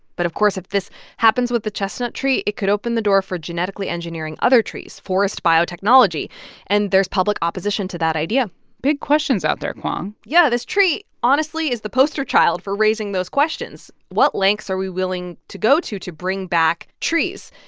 but of course, if this happens with the chestnut tree, it could open the door for genetically engineering other trees forest biotechnology and there's public opposition to that idea big questions out there, kwong yeah. this tree, honestly, is the poster child for raising those questions. what lengths are we willing to go to to bring back trees?